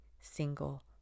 single